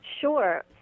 Sure